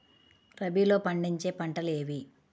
రబీలో పండించే పంటలు ఏవి?